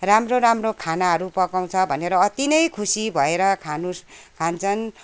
राम्रो राम्रो खानाहरू पकाउँछ भनेर अति नै खुसी भएर खानु खान्छन्